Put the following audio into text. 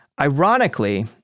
ironically